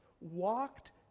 walked